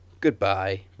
Goodbye